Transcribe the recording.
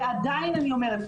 ועדיין אני אומרת,